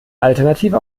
alternative